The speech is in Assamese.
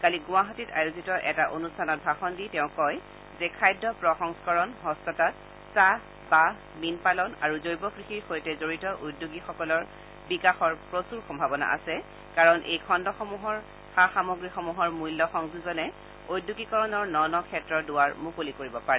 কালি গুৱাহাটীত আয়োজিত এটা অনুষ্ঠানত ভাষণ দি তেওঁ কয় যে খাদ্য প্ৰসংস্কৰণ হস্ততাঁত চাহ বাঁহ মীনপালন আৰু জৈৱ কৃষিৰ সৈতে জড়িত উদ্যোগীসকলৰ বিকাশৰ প্ৰচূৰ সভাৱনা আছে কাৰণ এই খণ্ডসমূহৰ সা সামগ্ৰীসমূহৰ মূল্য সংযোজনে ঔদ্যোগীকৰণৰ ন ন ক্ষেত্ৰৰ দুৱাৰ মুকলি কৰিব পাৰে